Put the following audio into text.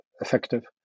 effective